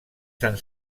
sant